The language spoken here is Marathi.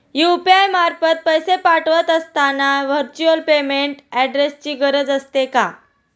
यु.पी.आय मार्फत पैसे पाठवत असताना व्हर्च्युअल पेमेंट ऍड्रेसची गरज असते का?